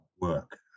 work